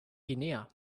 guinea